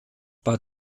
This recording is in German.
bei